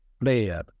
player